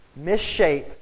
misshape